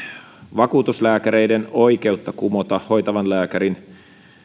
vakuutuslääkäreiden oikeutta kumota hoitavan lääkärin